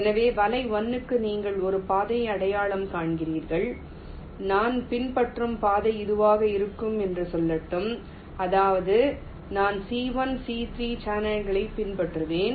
எனவே வலை 1 க்கு நீங்கள் ஒரு பாதையை அடையாளம் காண்கிறீர்கள் நான் பின்பற்றும் பாதை இதுவாக இருக்கும் என்று சொல்லட்டும் அதாவது நான் C1 C3 சேனல்களைப் பின்பற்றுவேன்